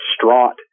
distraught